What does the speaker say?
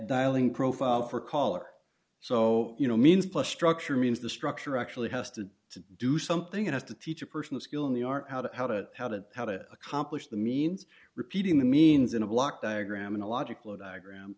dialing profile for caller so you know means plus structure means the structure actually has to do something it has to teach a person the skill in the art how to how to how to how to accomplish the means repeating the means in a block diagram in a logical diagram